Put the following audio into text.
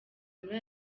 muri